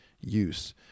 use